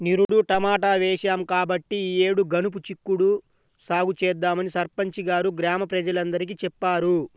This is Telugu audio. నిరుడు టమాటా వేశాం కాబట్టి ఈ యేడు గనుపు చిక్కుడు సాగు చేద్దామని సర్పంచి గారు గ్రామ ప్రజలందరికీ చెప్పారు